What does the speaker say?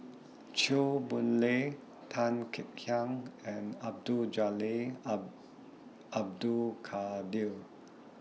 Chew Boon Lay Tan Kek Hiang and Abdul Jalil Abdul Kadir